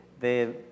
de